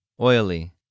Oily